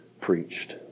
preached